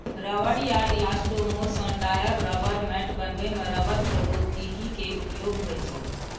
रबड़ या इलास्टोमोर सं टायर, रबड़ मैट बनबै मे रबड़ प्रौद्योगिकी के उपयोग होइ छै